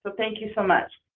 but thank you so much